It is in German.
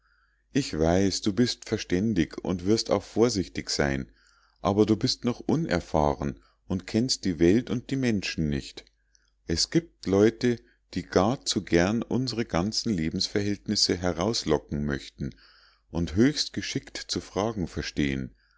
ich weiß du bist verständig und wirst auch vorsichtig sein aber du bist noch unerfahren und kennst die welt und die menschen nicht es giebt leute die gar zu gern unsre ganzen lebensverhältnisse herauslocken möchten und höchst geschickt zu fragen verstehen